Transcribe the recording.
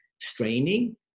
straining